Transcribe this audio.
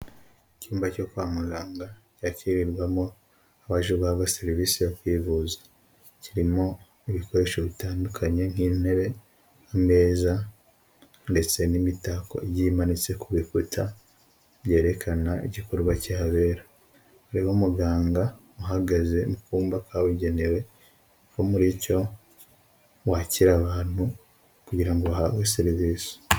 Icyumba cyo kwa muganga cyakirirwamo abaje bahabwa serivisi yo kwivuza, kirimo ibikoresho bitandukanye nk'intebe, imeza ndetse n'imitako igiye imanitse ku bikuta byerekana igikorwa kihabera, hariho umuganga uhagaze mu kumba kabugenewe ko muri cyo wakira abantu kugira ngo uhabwe service.